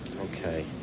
Okay